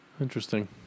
interesting